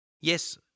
Yes